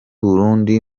burundi